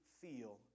feel